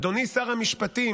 אדוני שר המשפטים,